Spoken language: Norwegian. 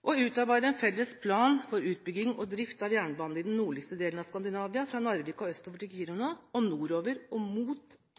å utarbeide en felles plan for utbygning og drift av jernbanen i den nordligste delen av Skandinavia fra Narvik og østover til Kiruna, og nordover mot og